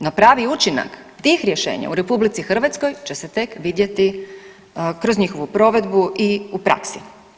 Na pravi učinak tih rješenja u RH će se tek vidjeti kroz njihovu provedbu i u praksi.